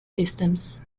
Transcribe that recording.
systems